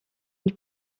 une